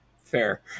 fair